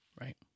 Right